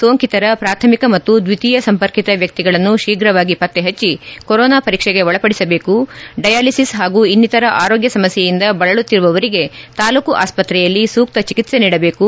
ಸೋಂಕಿತರ ಪ್ರಾಥಮಿಕ ಮತ್ತು ದ್ವಿತೀಯ ಸಂಪರ್ಕಿತ ವ್ಯಕ್ತಿಗಳನ್ನು ಶೀಘ್ರವಾಗಿ ಪತ್ತೆಹಚ್ಚೆ ಕೊರೊನಾ ಪರೀಕ್ಷೆಗೆ ಒಳಪಡಿಸಬೇಕು ಡಯಾಲಿಸಿಸ್ ಹಾಗೂ ಇನ್ನಿತರ ಆರೋಗ್ಯ ಸಮಸ್ಯೆಯಿಂದ ಬಳಲುತ್ತಿರುವವರಿಗೆ ತಾಲೂಕು ಆಸ್ನತ್ರೆಯಲ್ಲಿ ಸೂಕ್ಷ ಚಿಕಿತ್ಸೆ ನೀಡಬೇಕು